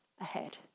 ahead